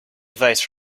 device